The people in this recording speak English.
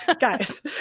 Guys